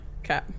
okay